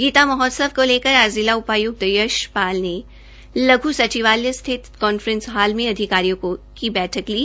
गीता महोत्सव को लेकर आज जिला उपायुक्त यशपाल ने लघु सचिवालय स्थित कांफ्रेस हॉल में अधिकारियों की बैठक भी ली